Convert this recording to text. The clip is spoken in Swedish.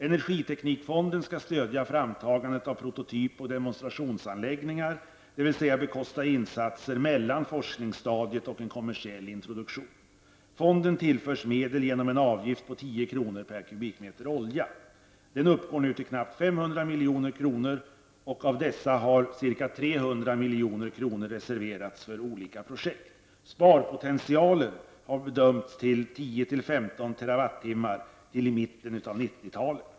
Energiteknikfonden skall stödja framtagandet av prototyp och demonstrationsanläggningar, dvs. bekosta insatser mellan forskningsstadiet och en kommersiell introduktion. Fonden tillförs medel genom en avgift på 10 kr. per kubikmeter olja. Den uppgår nu till knappt 500 milj.kr., och av dessa har ca 300 miljoner reserverats för olika projekt. Sparpotentialen har bedömts till 10--15 TWh fram till mitten av 90-talet.